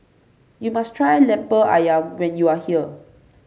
you must try lemper ayam when you are here